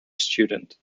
student